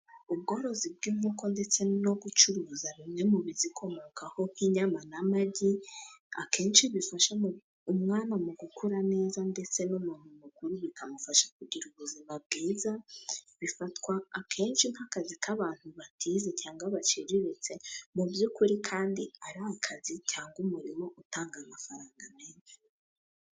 Ubworozi bw'inkoko ndetse no gucuruza bimwe mu bizikomokaho nk'inyama n'amagi akenshi bifasha umwana mu gukura neza ndetse n'umuntu mukuru bikamufasha kugira ubuzima bwiza bifatwa akenshi nk'akazi k'abantu batize cyangwa baciriritse mu by'ukuri kandi ari akazi cyangwa umurimo utanga amafaranga menshi.